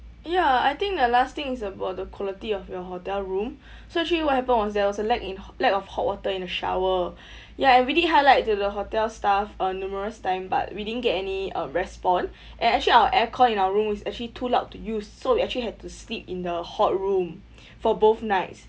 ya I think the last thing is about the quality of your hotel room so actually what happened was there was a lack in lack of hot water in the shower ya I already highlight to the hotel staff uh numerous time but we didn't get any uh respond and actually our air con in our room is actually too loud to use so we actually had to sleep in the hot room for both nights